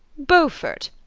beaufort,